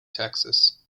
texas